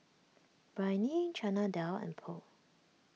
Biryani Chana Dal and Pho